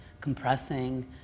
compressing